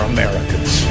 Americans